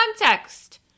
context